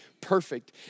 perfect